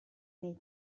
nei